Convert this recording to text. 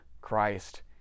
Christ